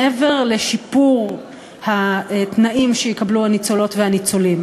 מעבר לשיפור התנאים שיקבלו הניצולות והניצולים,